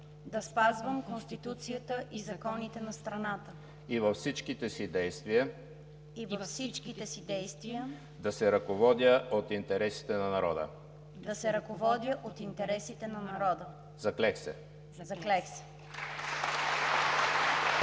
да спазвам Конституцията и законите на страната и във всичките си действия да се ръководя от интересите на народа. Заклех се!“